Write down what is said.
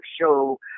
show